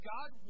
God